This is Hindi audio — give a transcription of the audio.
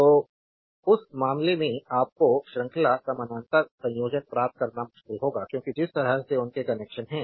तो उस मामले में आपको श्रृंखला समानांतर संयोजन प्राप्त करना मुश्किल होगा क्योंकि जिस तरह से उनके कनेक्शन हैं